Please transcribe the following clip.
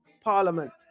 Parliament